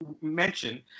mention